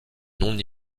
non